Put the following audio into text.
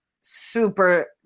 super